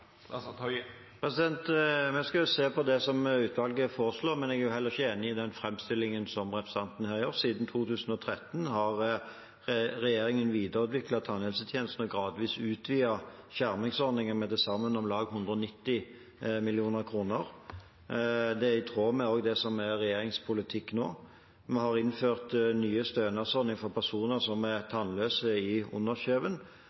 Vi skal se på det som utvalget foreslår. Men jeg er ikke enig i den framstillingen som representanten her gir. Siden 2013 har regjeringen videreutviklet tannhelsetjenesten og gradvis utvidet skjermingsordningen med til sammen om lag 190 mill. kr, og det er også i tråd med det som er regjeringens politikk nå. Vi har innført en ny stønadsordning for personer som er